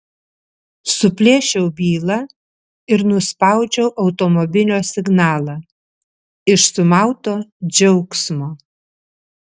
suplėšiau bylą ir nuspaudžiau automobilio signalą iš sumauto džiaugsmo